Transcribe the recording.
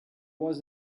was